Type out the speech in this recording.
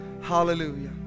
Hallelujah